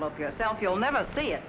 pe yourself you'll never see it